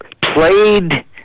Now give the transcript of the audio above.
played